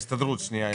הסתדרות, בבקשה.